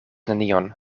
nenion